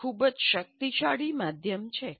તે ખૂબ જ શક્તિશાળી માધ્યમ છે